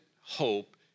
hope